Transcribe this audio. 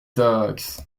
taxes